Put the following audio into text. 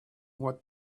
what